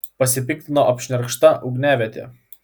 pasipiktino apšnerkšta ugniaviete